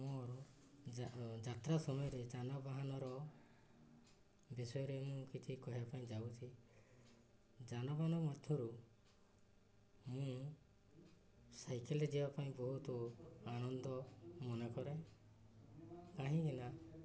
ମୋର ଯାତ୍ରା ସମୟରେ ଯାନବାହାନର ବିଷୟରେ ମୁଁ କିଛି କହିବା ପାଇଁ ଯାଉଛି ଯାନବାହାନ ମଧ୍ୟରୁ ମୁଁ ସାଇକେଲରେ ଯିବା ପାଇଁ ବହୁତ ଆନନ୍ଦ ମନେ କରେ କାହିଁକିନା